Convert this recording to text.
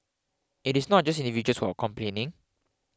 it is not just individuals who are complaining